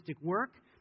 work